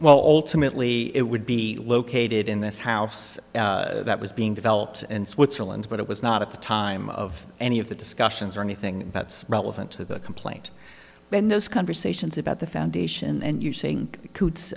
well ultimately it would be located in this house that was being developed in switzerland but it was not at the time of any of the discussions or anything that's relevant to the complaint then those conversations about the foundation and you saying coots